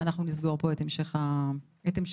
אנחנו נסגור פה את המשך הטיפול.